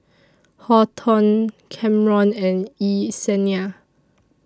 Horton Kamron and Yesenia